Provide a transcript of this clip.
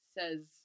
says